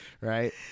Right